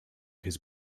his